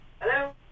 Hello